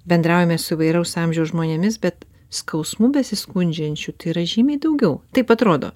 bendraujame su įvairaus amžiaus žmonėmis bet skausmu besiskundžiančių tai yra žymiai daugiau kaip atrodo